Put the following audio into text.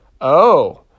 Oh